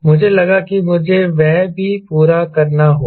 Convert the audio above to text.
मुझे लगा कि मुझे वह भी पूरा करना होगा